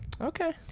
Okay